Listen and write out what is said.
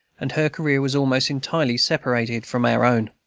and her career was almost entirely separated from our own.